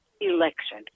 election